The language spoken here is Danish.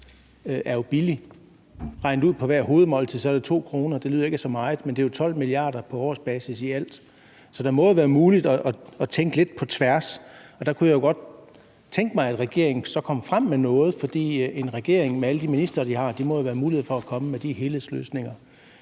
er billig. Regnet ud på hvert hovedmåltid er det 2 kr. Det lyder ikke af så meget, men det er jo 12 mia. kr. på årsbasis i alt. Så det må jo være muligt at tænke lidt på tværs. Der kunne jeg godt tænke mig, at regeringen så kom frem med noget. For en regering med alle de ministre, den har, må det jo være muligt at komme med de helhedsløsninger.